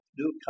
new